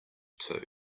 too